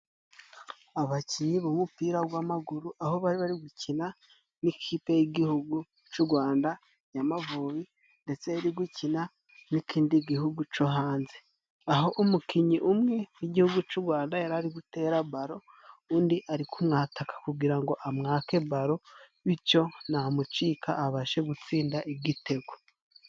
Abakinnyi b'umupira gw'amaguru aho bari bari gukina n'ikipe y'Igihugu c'u Rwanda y'amavubi ndetse iri gukina n'ikindi gihugu co hanze, aho umukinnyi umwe w'Igihugu cy'u Rwanda yari ari gutera baro. Undi ari kumwe n'umwataka kugira ngo amwake baro bityo namucika abashe gutsinda igitego.